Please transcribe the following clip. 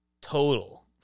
total